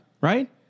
right